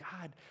God